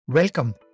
Welcome